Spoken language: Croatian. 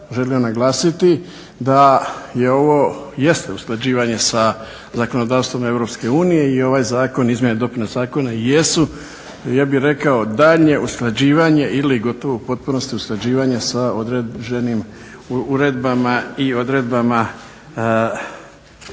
želio naglasiti da je ovo jeste usklađivanje sa zakonodavstvom EU i ovaj Zakon, izmjene i dopune zakona jesu ja bih rekao daljnje usklađivanje ili gotovo u potpunosti usklađivanje sa određenim uredbama i odredbama